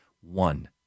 one